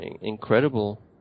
incredible